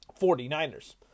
49ers